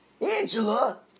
Angela